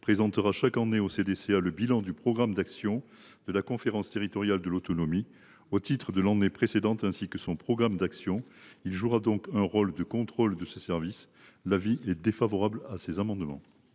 présentera chaque année au CDCA le bilan du programme d’actions de la conférence territoriale de l’autonomie au titre de l’année précédente, ainsi que son programme d’actions. Il jouera donc un rôle de contrôle de ce service. L’avis est donc défavorable. Quel est